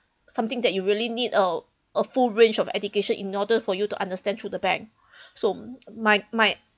something that you really need a a full range of education in order for you to understand through the bank so my my